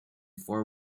for